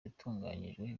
yatunganyijwe